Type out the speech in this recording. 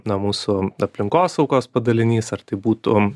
na mūsų aplinkosaugos padalinys ar tai būtų